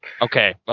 okay